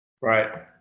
right